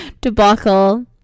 debacle